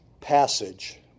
passage